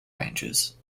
ranges